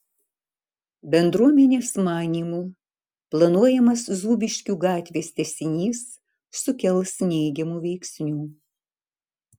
bendruomenės manymu planuojamas zūbiškių gatvės tęsinys sukels neigiamų veiksnių